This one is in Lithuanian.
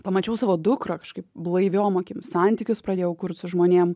pamačiau savo dukrą kažkaip blaiviom akim santykius pradėjau kurt su žmonėm